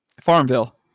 Farmville